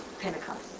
Pentecost